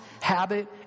habit